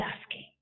asking